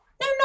no